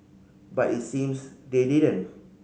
but it seems they didn't